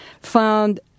found